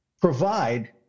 provide